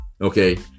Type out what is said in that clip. Okay